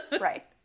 Right